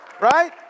right